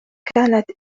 كانت